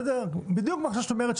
בדיוק החשש שאת אומרת,